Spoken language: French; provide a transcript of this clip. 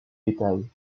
détails